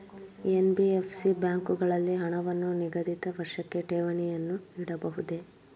NBFC ಬ್ಯಾಂಕುಗಳಲ್ಲಿ ಹಣವನ್ನು ನಿಗದಿತ ವರ್ಷಕ್ಕೆ ಠೇವಣಿಯನ್ನು ಇಡಬಹುದೇ?